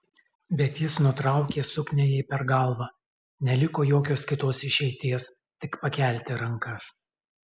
bet jis nutraukė suknią jai per galvą neliko jokios kitos išeities tik pakelti rankas